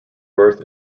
birth